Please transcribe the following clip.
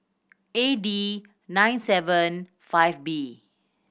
A D nine seven five B